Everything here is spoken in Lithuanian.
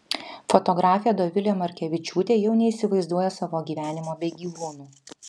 fotografė dovilė markevičiūtė jau neįsivaizduoja savo gyvenimo be gyvūnų